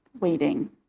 waiting